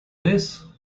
this